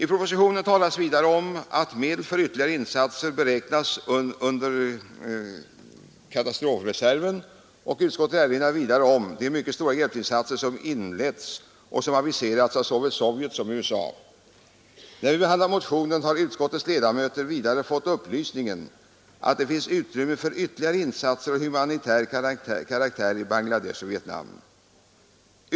I propositionen talas vidare om att medel för ytterligare insatser beräknats under katastrofreserven, och utskottet erinrar om de mycket stora hjälpinsatser som har inletts och som aviserats av såväl Sovjet som USA. När vi behandlat motionen har utskottets ledamöter också fått upplysningen att det finns utrymme för ytterligare insatser av humanitär karaktär i Bangladesh och Vietnam.